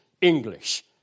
English